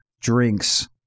drinks